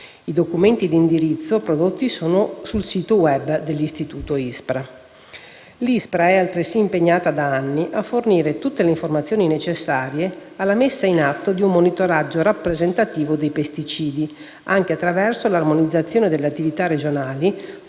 I documenti di indirizzo prodotti sono sul sito *web* dell'istituto ISPRA. L'ISPRA è, altresì, impegnata da anni a fornire tutte le informazioni necessarie alla messa in atto di un monitoraggio rappresentativo dei pesticidi, anche attraverso l'armonizzazione delle attività regionali,